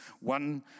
one